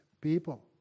people